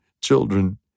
children